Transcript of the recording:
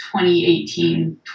2018